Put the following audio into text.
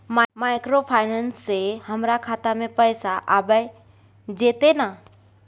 Microfinance से हमारा खाता में पैसा आबय जेतै न?